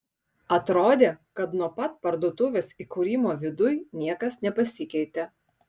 atrodė kad nuo pat parduotuvės įkūrimo viduj niekas nepasikeitė